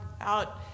out